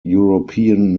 european